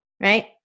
right